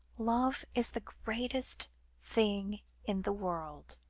love is the greatest thing in the world.